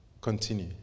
Continue